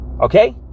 Okay